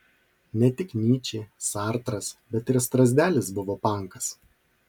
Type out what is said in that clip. ne tik nyčė sartras bet ir strazdelis buvo pankas